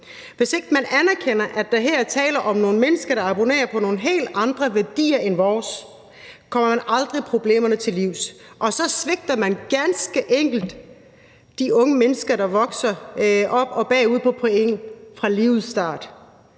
Hvis ikke man anerkender, at der her er tale om nogle mennesker, der abonnerer på nogle helt andre værdier end vores, kommer man aldrig problemerne til livs, og så svigter man ganske enkelt de unge mennesker, der vokser op og er bagud på point fra livets start.